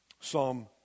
Psalm